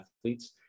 athletes